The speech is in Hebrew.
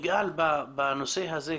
בנושא הזה,